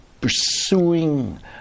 pursuing